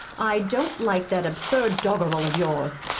i don't like that absurd doggerel of yours.